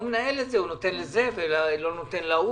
הוא מנהל את זה הוא נותן לזה ולא נותן להוא.